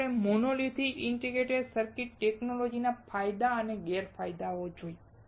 પછી આપણે monolithic integrated circuit technology ના ફાયદા અને ગેરફાયદા જોયા